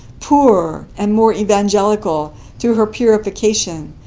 poorer and more evangelical through her purification,